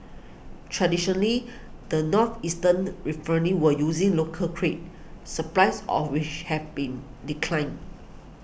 traditionally the northeastern were using local cray supplies of which have been declined